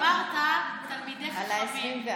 אמרת "תלמידי חכמים".